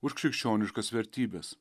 už krikščioniškas vertybes